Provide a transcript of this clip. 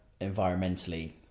environmentally